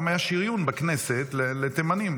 גם היה שריוּן בכנסת לתימנים,